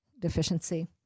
deficiency